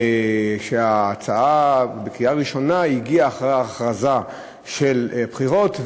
ההצעה הגיעה לקריאה ראשונה אחרי ההכרזה על בחירות,